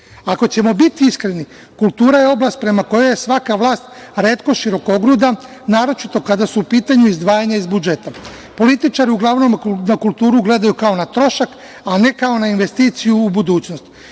ćemo biti iskreni, kultura je oblast prema koja je svaka vlast retko širokogruda, naročito kada su u pitanju izdvajanja iz budžeta, političari uglavnom na kulturu gledaju kao na trošak, a ne kao na investiciju u budućnost.